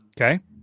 Okay